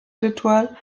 ritual